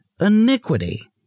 iniquity